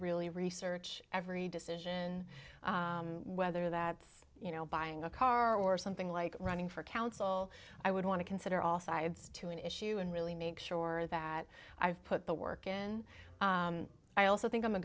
really research every decision whether that you know buying a car or something like running for council i would want to consider all sides to an issue and really make sure that i've put the work in i also think i'm a